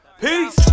Peace